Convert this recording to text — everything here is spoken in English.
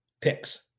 picks